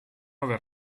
aver